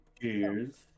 Cheers